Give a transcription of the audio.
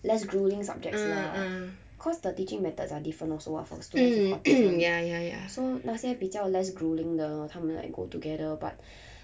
less grueling subjects lor cause the teaching methods are different also what for the students so 那些比较 less gruelling 的 lor 他们 like go together but